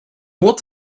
what